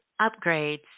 upgrades